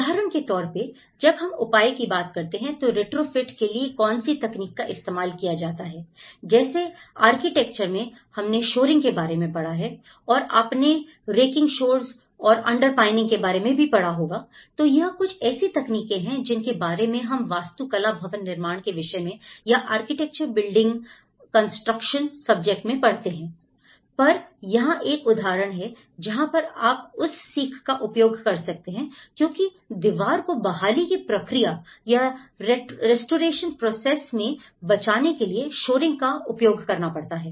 उदाहरण के तौर पर जब हम उपाय की बात करते हैं तो रिट्रोफिट के लिए कौन सी तकनीक का इस्तेमाल किया जाता है जैसे आर्किटेक्चर में हमने शोरिंग के बारे में पढ़ा है आपने रेकिंग शोर्स और अंडरपिनिंग के बारे में भी पढ़ा होगा तो यह कुछ ऐसी तकनीकी है जिनके बारे में हम वास्तु कला भवन निर्माण के विषय में या आर्किटेक्चर बिल्डिंग कंस्ट्रक्शन सब्जेक्ट में पढ़ते हैं पर यहां एक उदाहरण है जहां पर आप उस सीख का उपयोग कर सकते हैं क्योंकि दीवार को बहाली की प्रक्रिया या रेस्टोरेशन प्रोसेस मैं बचाने के लिए शोरिंग का उपयोग करना पड़ता है